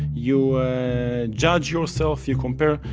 you judge yourself, you compare.